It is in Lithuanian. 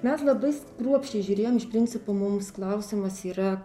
mes labai kruopščiai žiūrėjom iš principo mums klausimas yra